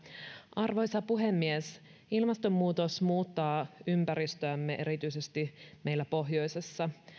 arvoisa puhemies ilmastonmuutos muuttaa ympäristöämme erityisesti meillä pohjoisessa